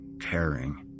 caring